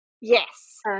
Yes